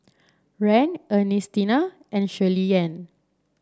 Rand Ernestina and Shirleyann